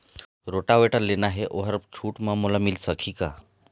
Rotavator लेना हे ओहर छूट म मोला मिल सकही का?